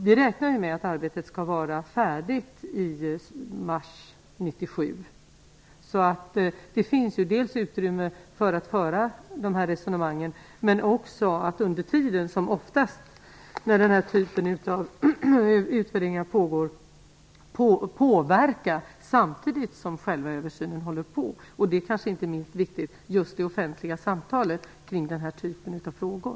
Vi räknar med att arbetet skall vara färdigt i mars 1997. Det finns ju utrymme för att föra dessa resonemang, men också att under tiden - som oftast när den här typen av utvärderingar pågår - påverka samtidigt som översynen görs. Det är inte minst viktigt i det offentliga samtalet kring denna typ av frågor.